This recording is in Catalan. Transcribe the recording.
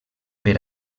per